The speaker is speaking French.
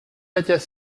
matthias